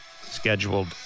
scheduled